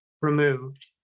removed